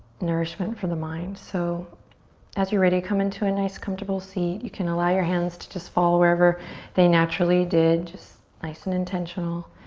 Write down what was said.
nourishment for the mind. so as you're ready, come into a nice comfortable seat. you can allow your hands to just fall wherever they naturally did. just nice and intentional.